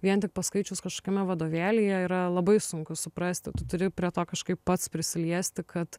vien tik paskaičius kažkokiame vadovėlyje yra labai sunku suprasti tu turi prie to kažkaip pats prisiliesti kad